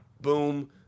Boom